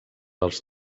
dels